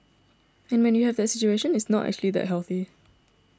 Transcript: and when you have that situation it's not actually that healthy